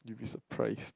you will be surprised